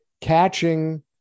catching